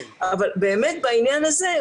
בעניין הזה,